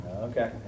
Okay